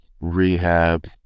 rehab